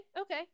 okay